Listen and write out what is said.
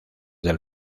del